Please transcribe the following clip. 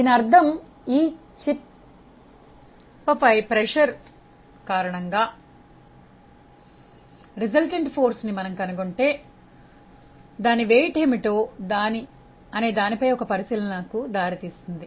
దీని అర్థం ఈ చిప్పపై ఒత్తిడి కారణంగా ఫలిత శక్తిని మనము కనుగొంటే అది బరువు ఏమిటో అనే దానిపై ఒక పరిశీలన కు దారి తీస్తుంది